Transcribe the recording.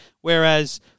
Whereas